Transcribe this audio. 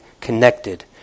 connected